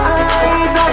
eyes